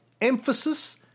emphasis